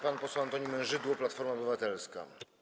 Pan poseł Antoni Mężydło, Platforma Obywatelska.